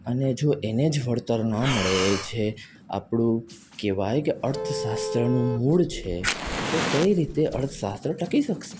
અને જો એને જ વળતર ના મળે જે આપણું કહેવાય કે અર્થશાસ્ત્રનું મૂળ છે તો કઈ રીતે અર્થશાસ્ત્ર ટકી શકશે